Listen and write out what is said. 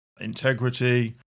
integrity